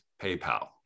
PayPal